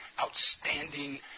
Outstanding